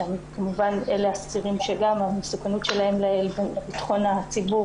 שכמובן שאלה אסירים שגם המסוכנות שלהם לביטחון הציבור